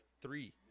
three